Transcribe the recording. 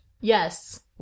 Yes